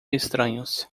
estranhos